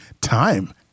time